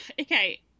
Okay